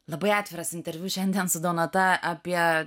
labai atviras interviu šiandien su donata apie